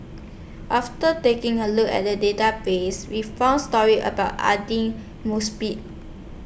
after taking A Look At The Database We found stories about Aidli Mosbit